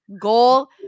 goal